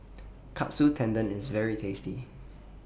Katsu Tendon IS very tasty